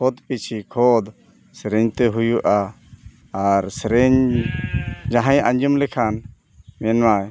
ᱠᱷᱚᱫᱽ ᱯᱤᱪᱷᱤ ᱠᱷᱚᱫᱽ ᱥᱮᱨᱮᱧ ᱛᱮ ᱦᱩᱭᱩᱜᱼᱟ ᱟᱨ ᱥᱮᱨᱮᱧ ᱡᱟᱦᱟᱸᱭ ᱟᱸᱡᱚᱢ ᱞᱮᱠᱷᱟᱱ ᱢᱮᱱᱟᱭ